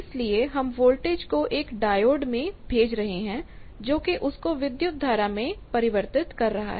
इसलिए हम वोल्टेज को एक डायोड में भेज रहे हैं जो कि उसको करंट currentविद्युत धारा में परिवर्तित कर रहा है